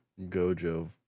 Gojo